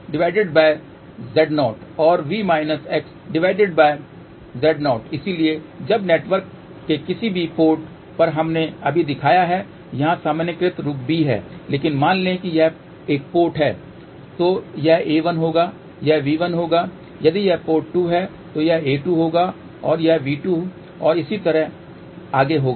तो VZ0 और V−Z0 इसलिए अब नेटवर्क के किसी भी पोर्ट पर हमने अभी दिखाया है यहाँ सामान्यीकृत रूप b है लेकिन मान लें कि यह एक पोर्ट 1 है तो यह a1 होगा यह V1 होगा यदि यह पोर्ट 2 है तो यह a2 होगा और यह V2 और इसी तरह होगा